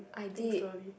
I did